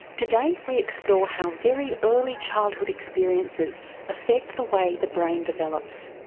today we explore how very early childhood experiences affect the way the brain develops.